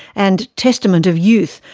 and testament of youth,